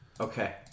Okay